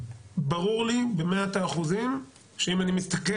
ברור לי במאת האחוזים שאם אני מסתכל